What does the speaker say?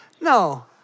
No